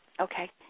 Okay